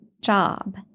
job